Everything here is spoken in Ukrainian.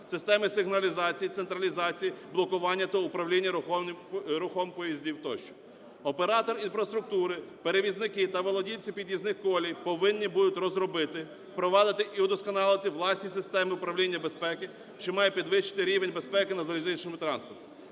системи сигналізації, централізації, блокування та управління рухом поїздів тощо. Оператор інфраструктури, перевізники та володільці під'їзних колій повинні будуть розробити, впровадити і удосконалити власні системи управління безпеки, що має підвищити рівень безпеки на залізничному транспорті.